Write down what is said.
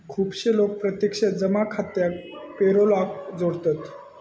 खुपशे लोक प्रत्यक्ष जमा खात्याक पेरोलाक जोडतत